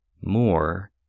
more